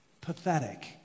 pathetic